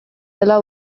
dela